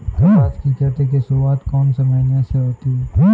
कपास की खेती की शुरुआत कौन से महीने से होती है?